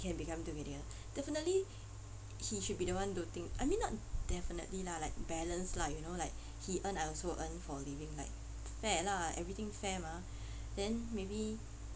can become together definitely he should be the done doting I mean not definitely lah like balanced lah you know like he earn I also earn for a living like fair lah everything fair mah then maybe